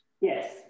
Yes